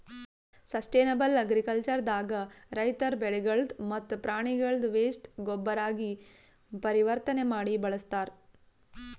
sustainable agriculture ದಾಗ ರೈತರ್ ಬೆಳಿಗಳ್ದ್ ಮತ್ತ್ ಪ್ರಾಣಿಗಳ್ದ್ ವೇಸ್ಟ್ ಗೊಬ್ಬರಾಗಿ ಪರಿವರ್ತನೆ ಮಾಡಿ ಬಳಸ್ತಾರ್